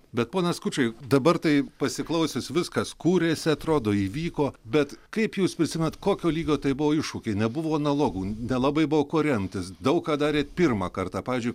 bet ponas skučai dabar tai pasiklausius viskas kūrėsi atrodo įvyko bet kaip jūs prisiimat kokio lygio tai buvo iššūkiai nebuvo analogų nelabai buvo kuo remtis daug ką darėt pirmą kartą pavyzdžiui